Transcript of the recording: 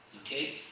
okay